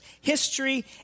history